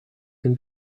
can